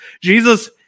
Jesus